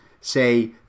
say